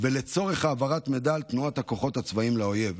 ולצורך העברת מידע על תנועת הכוחות הצבאיים שלנו לאויב.